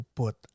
put